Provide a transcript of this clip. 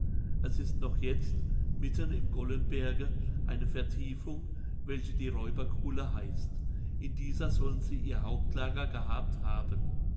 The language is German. es ist noch jetzt mitten im gollenberge eine vertiefung welche die räuberkuhle heißt in dieser sollen sie ihr hauptlager gehabt haben